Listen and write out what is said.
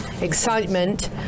excitement